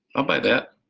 i'll buy that,